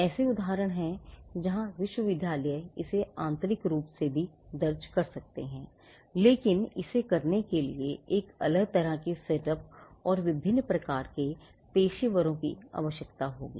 ऐसे उदाहरण हैं जहां विश्वविद्यालय इसे आंतरिक रूप से भी दर्ज कर सकते हैं लेकिन इसे करने के लिए एक अलग तरह के सेटअप और विभिन्न प्रकार के पेशेवरों की आवश्यकता होगी